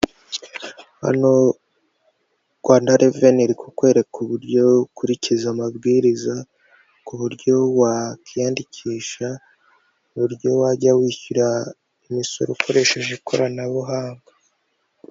Hano Rwanda Revenue irikukwereka uburyo ukurikiza amabwiriza ku buryo wakwiyandikisha, uburyo wajya wishyura imisoro ukoresheje ikoranabuhanga.